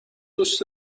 دوست